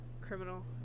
criminal